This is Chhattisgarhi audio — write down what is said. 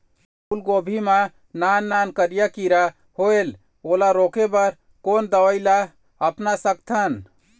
फूलगोभी मा नान नान करिया किरा होयेल ओला रोके बर कोन दवई ला अपना सकथन?